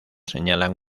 señalan